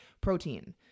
protein –